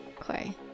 Okay